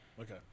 Okay